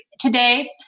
today